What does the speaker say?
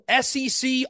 SEC